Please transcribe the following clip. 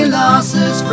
losses